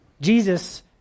Jesus